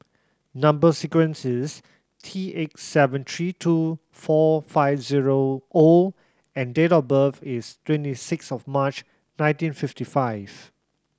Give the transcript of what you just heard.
number sequence is T eight seven three two four five zero O and date of birth is twenty six of March nineteen fifty five